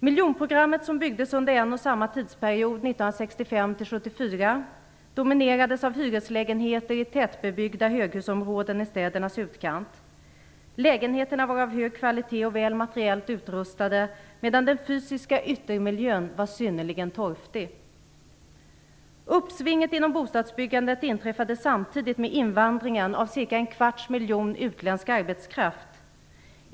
Miljonprogrammets bostäder, som byggdes under en och samma tidsperiod 1965-1974, dominerades av hyreslägenheter i tätbebyggda höghusområden i städernas utkant. Lägenheterna var av hög kvalitet och väl materiellt utrustade, medan den fysiska yttermiljön var synnerligen torftig. Uppsvinget inom bostadsbyggandet inträffade samtidigt med invandringen av cirka en kvarts miljon utländska arbetare.